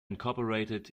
incorporated